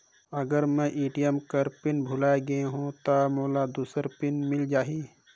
अगर मैं ए.टी.एम कर पिन भुलाये गये हो ता मोला दूसर पिन मिल जाही?